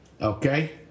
Okay